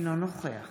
אינו נוכח